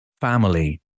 Family